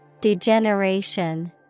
Degeneration